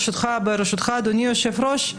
ברשותך אדוני היושב-ראש,